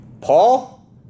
paul